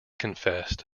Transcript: confessed